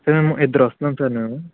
sir మేము ఇద్దరు వస్తున్నాం సార్ మేము